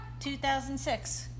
2006